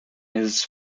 his